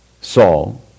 Saul